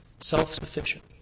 Self-sufficient